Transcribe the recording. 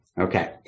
Okay